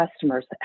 customers